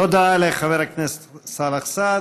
תודה לחבר הכנסת סאלח סעד.